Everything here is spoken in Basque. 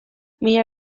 mila